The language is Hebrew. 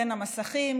בין המסכים,